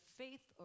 faith